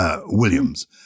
Williams